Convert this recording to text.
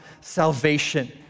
salvation